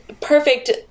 perfect